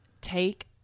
Take